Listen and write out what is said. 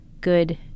Good